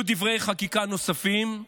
יהיו דברי חקיקה נוספים,